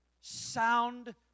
Sound